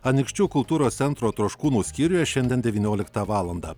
anykščių kultūros centro troškūnų skyriuje šiandien devynioliktą valandą